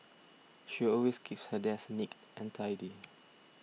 she always keeps her desk neat and tidy